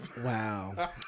wow